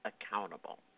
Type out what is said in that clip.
accountable